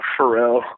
Pharrell